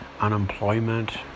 unemployment